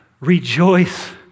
Rejoice